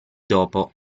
dopo